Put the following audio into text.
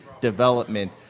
development